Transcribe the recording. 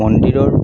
মন্দিৰৰ